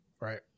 Right